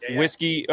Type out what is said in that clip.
whiskey